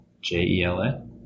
j-e-l-a